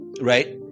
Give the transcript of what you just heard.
right